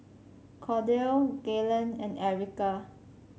Cordell Gaylen and Erica